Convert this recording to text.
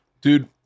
Dude